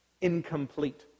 incomplete